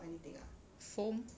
foam